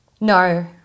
No